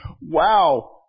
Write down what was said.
wow